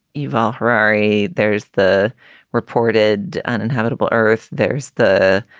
yvonne harare. there's the reported uninhabitable earth. there's the,